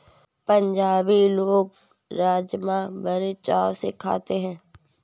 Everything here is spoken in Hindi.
पंजाबी लोग राज़मा बड़े चाव से खाते हैं